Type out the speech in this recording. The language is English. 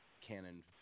canon